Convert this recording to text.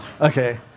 okay